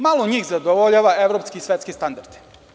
Malo njih zadovoljava evropske i svetske standarde.